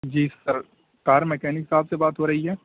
جی sir car mechanic صاحب سے بات ہو رہی ہے